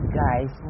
guys